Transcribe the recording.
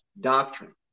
doctrine